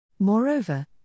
Moreover